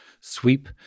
sweep